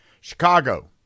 Chicago